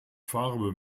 farbe